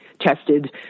tested